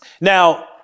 Now